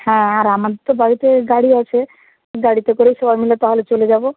হ্যাঁ আর আমাদের তো বাড়িতে গাড়ি আছে গাড়িতে করেই সবাই মিলে তাহলে চলে যাবো